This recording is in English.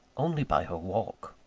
only by her walk.